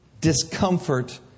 discomfort